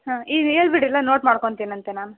ಹಾಂ ಈಗ ಹೇಳಿಬಿಡಿ ಎಲ್ಲ ನೋಟ್ ಮಾಡ್ಕೊಳ್ತೀನಂತೆ ನಾನು